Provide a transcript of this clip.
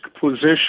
position